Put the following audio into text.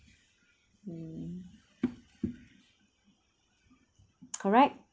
mm correct